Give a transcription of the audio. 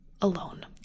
alone